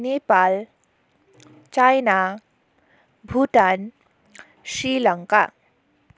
Nepal China Bhutan Sri Lanka